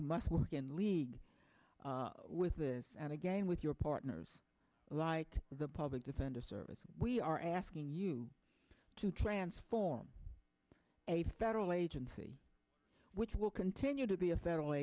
must work in league with this and again with your partners light the public defender service we are asking you to transform a federal agency which will continue to be a federal